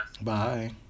Bye